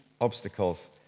obstacles